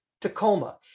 tacoma